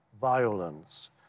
violence